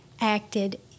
acted